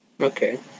Okay